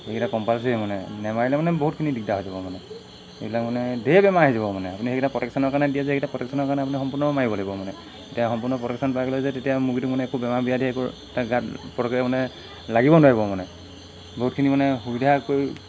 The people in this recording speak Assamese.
সেইকেইটা কম্পালচৰি মানে নামাৰিলে মানে বহুতখিনি দিগদাৰ হৈ যাব মানে সেইবিলাক মানে ঢেৰ বেমাৰ আহি যাব মানে আপুনি সেইকেইটা প্ৰটেকশ্যনৰ কাৰণে দিয়া যে প্ৰটেকশ্যনৰ কাৰণে আপুনি সম্পূৰ্ণভাৱে মাৰিব লাগিব মানে এতিয়া সম্পূৰ্ণ প্ৰটেকশ্যন পাই গ'লে যে তেতিয়া মুৰ্গীটো মানে একো বেমাৰ ব্যাধিয়ে এইবোৰ তাৰ গাত পটককৈ মানে লাগিব নোৱাৰিব মানে বহুতখিনি মানে সুবিধা কৰি